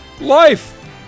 Life